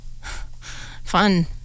fun